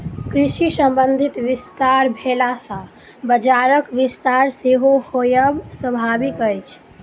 कृषि संबंधी विस्तार भेला सॅ बजारक विस्तार सेहो होयब स्वाभाविक अछि